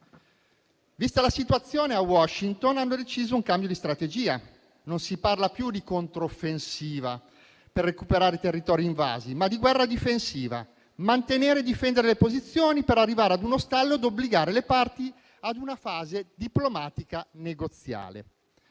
Vista la situazione, a Washington hanno deciso un cambio di strategia. Si parla non più di controffensiva per recuperare i territori invasi, ma di guerra difensiva: mantenere e difendere le posizioni per arrivare a uno stallo e obbligare le parti a una fase diplomatica negoziale.